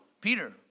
Peter